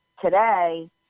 today